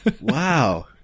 Wow